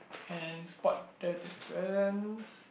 and spot the difference